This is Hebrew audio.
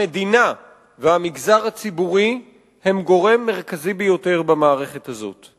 המדינה והמגזר הציבורי הם גורם מרכזי ביותר במערכת הזאת.